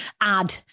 add